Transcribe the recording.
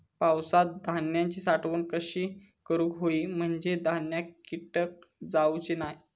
पावसात धान्यांची साठवण कशी करूक होई म्हंजे धान्यात कीटक जाउचे नाय?